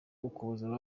ukuboza